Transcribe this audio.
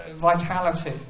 vitality